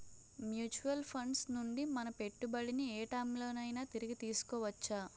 Mutual funds నుండి మన పెట్టుబడిని ఏ టైం లోనైనా తిరిగి తీసుకోవచ్చా?